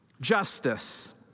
justice